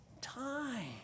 time